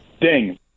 ding